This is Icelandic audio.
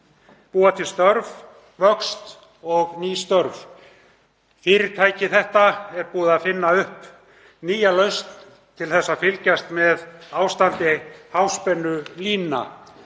búa til störf, vöxt og ný störf. Fyrirtæki þetta er búið að finna upp nýja lausn til að fylgjast með ástandi háspennulína.